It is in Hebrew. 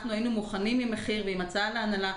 היינו מוכנים עם מחיר ועם הצעה להנהלה,